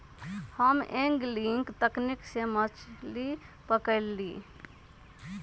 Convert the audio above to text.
हम एंगलिंग तकनिक से मछरी पकरईली